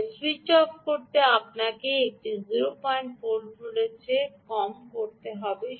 তবে switch off করতে আপনাকে এটি 04 ভোল্টের চেয়ে কম করতে হবে